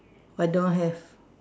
I don't have